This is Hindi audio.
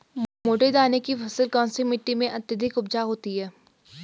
मोटे दाने की फसल कौन सी मिट्टी में अत्यधिक उपजाऊ होती है?